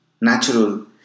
natural